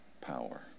power